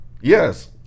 Yes